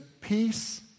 peace